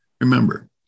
Remember